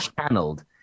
channeled